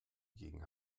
gegen